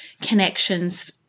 connections